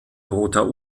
roter